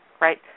right